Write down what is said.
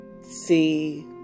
see